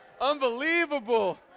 unbelievable